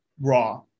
Raw